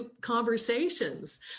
conversations